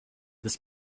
this